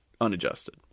Unadjusted